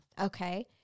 okay